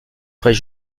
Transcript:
frais